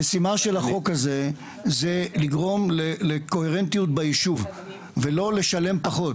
המשימה של החוק הזה זה לגרום לקוהרנטיות ביישוב ולא לשלם פחות.